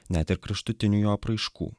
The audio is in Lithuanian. net ir kraštutinių jo apraiškų